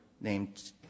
named